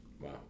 Wow